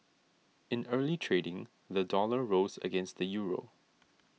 in early trading the dollar rose against the Euro